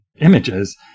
images